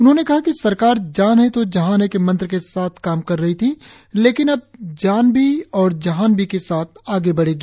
उन्होंने कहा कि सरकार जान है तो जहान है के मंत्र के साथ काम कर रही थी लेकिन अब जान भी और जहान भी के साथ आगे बढ़ेगी